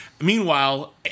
Meanwhile